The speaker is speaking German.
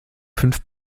fünf